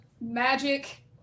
magic